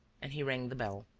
and he rang the bell.